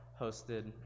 hosted